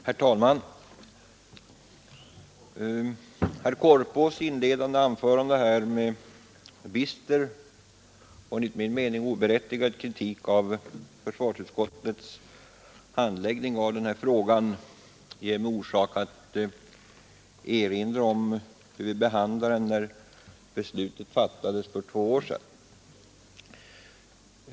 Herr talman! Herr Korpås inledde sitt anförande med en bister och enligt min mening oberättigad kritik av försvarsutskottets handläggning av denna fråga. Det ger mig anledning erinra om hur vi behandlade detta ärende, när beslutet fattades för två år sedan.